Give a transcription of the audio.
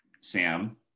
Sam